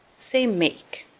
say, make.